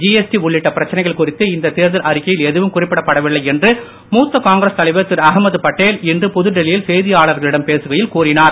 GST உள்ளிட்ட பிரச்சனைகள் குறித்து இந்த தேர்தல் அறிக்கையில் எதுவும் குறிப்பிடப்படவில்லை என்று மூத்த காங்கிரஸ் தலைவர் திரு அகமத் பட்டேல் இன்று புதுடெல்லியில் செய்தியாளர்களிடம் பேசுகையில் கூறினார்